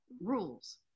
rules